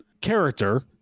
character